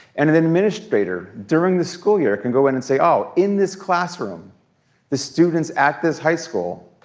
and an administrator during the school year can go in and say, oh, in this classroom the students at this high school,